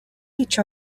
each